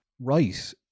right